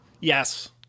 yes